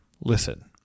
listen